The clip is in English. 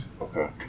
Okay